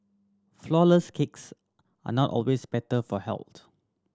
flourless cakes are not always better for health